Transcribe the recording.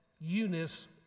Eunice